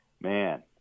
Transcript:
man